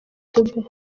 dube